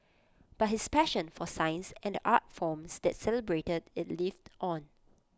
but his passion for science and the art forms that celebrated IT lived on